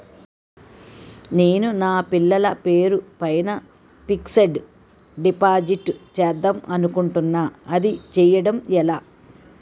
నేను నా పిల్లల పేరు పైన ఫిక్సడ్ డిపాజిట్ చేద్దాం అనుకుంటున్నా అది చేయడం ఎలా?